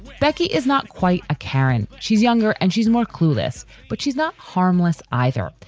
becky, is not quite a character she's younger and she's more clueless. but she's not harmless either.